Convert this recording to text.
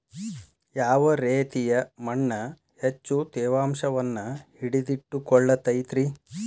ಯಾವ ರೇತಿಯ ಮಣ್ಣ ಹೆಚ್ಚು ತೇವಾಂಶವನ್ನ ಹಿಡಿದಿಟ್ಟುಕೊಳ್ಳತೈತ್ರಿ?